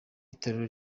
itorero